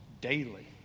daily